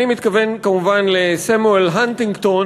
אני מתכוון כמובן לסמואל הנטינגטון